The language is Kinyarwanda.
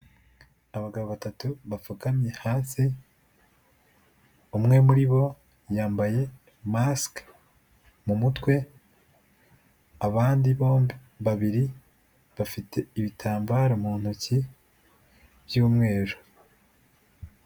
Abagabo batatu bapfukamye hasi, umwe muri bo yambaye mask mu mutwe, abandi bombi babiri bafite ibitambara mu ntoki by'umweru.